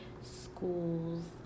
schools